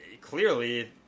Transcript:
clearly